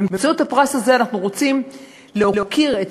באמצעות הפרס הזה אנחנו רוצים להוקיר את